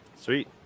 Sweet